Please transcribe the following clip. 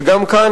וגם כאן,